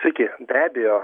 sveiki be abejo